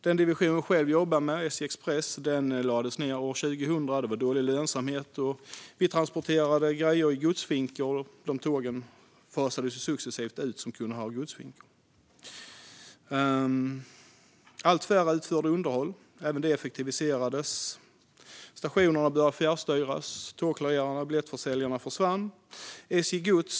Den division jag jobbade med, SJ Express, lades ned 2000 på grund av dålig lönsamhet. Vi transporterade grejer i godsfinkor, och de tåg som kunde ha godsfinkor fasades successivt ut. Färre personer utförde underhåll, och även det effektiviserades. Stationerna började i allt större omfattning fjärrstyras. Tågklarerarna och biljettförsäljarna försvann.